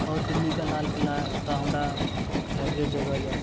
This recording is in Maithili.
आओर दिल्लीके लालकिला तऽ हमर फेवरेट जगह अइ